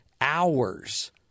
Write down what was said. hours